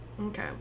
Okay